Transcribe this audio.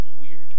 weird